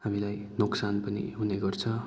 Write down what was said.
हामीलाई नोक्सान पनि हुने गर्छ